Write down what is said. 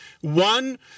one